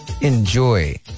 Enjoy